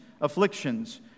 afflictions